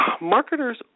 Marketers